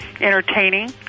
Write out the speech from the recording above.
entertaining